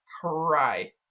cry